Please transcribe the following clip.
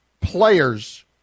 players